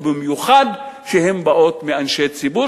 ובמיוחד שהן באות מאנשי ציבור,